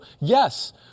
Yes